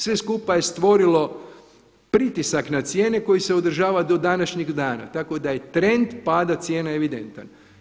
Sve skupa je stvorilo pritisak na cijene koji se održava do današnjeg dana, tako da je trend pada cijena evidentan.